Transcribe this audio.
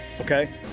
okay